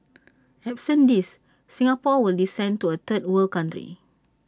absent these Singapore will descend to A third world country